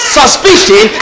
suspicion